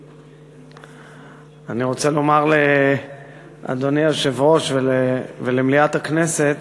אני רוצה לומר לאדוני היושב-ראש ולמליאת הכנסת